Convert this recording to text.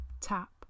tap